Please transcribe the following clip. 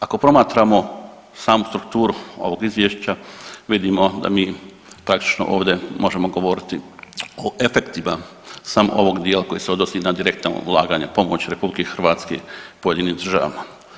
Ako promatramo samu strukturu ovog izvješća vidimo da mi praktično ovdje možemo govoriti o efektima samo ovog dijela koji se odnosi na direktno ulaganje pomoći RH pojedinim državama.